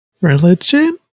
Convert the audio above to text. religion